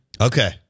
Okay